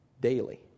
daily